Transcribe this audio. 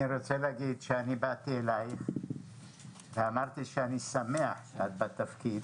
אני באתי אלייך ואמרתי שאני שמח שאת בתפקיד.